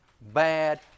bad